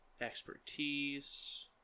expertise